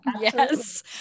Yes